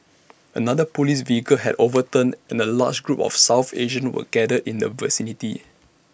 another Police vehicle had overturned and A large group of south Asians were gathered in the vicinity